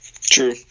True